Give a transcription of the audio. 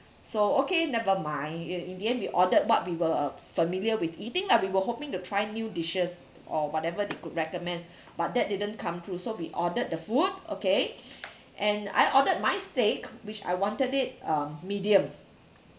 so okay never mind in in the end we ordered what we were familiar with eating lah we were hoping to try new dishes or whatever they could recommend but that didn't come through so we ordered the food okay and I ordered my steak which I wanted it um medium